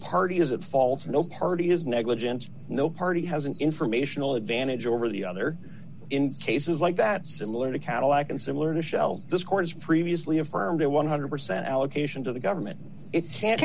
party is at fault no party has negligence no party has an informational advantage over the other in cases like that similar to cadillac and similar to shall this court has previously affirmed a one hundred percent allocation to the government it can't